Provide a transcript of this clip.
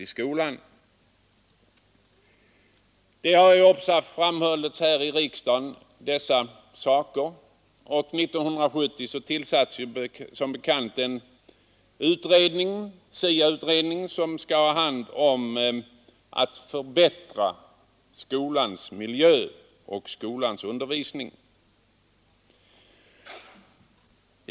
Detta har ofta framhållits här i riksdagen, och 1970 tillsattes som bekant den s.k. SIA-utredningen, vars förslag skall syfta till att förbättra såväl skolmiljön som undervisningen i skolan.